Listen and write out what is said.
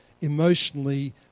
emotionally